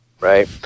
right